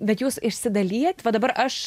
bet jūs išsidalijat va dabar aš